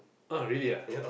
oh really ah